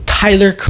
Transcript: Tyler